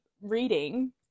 reading